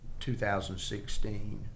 2016